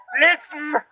Listen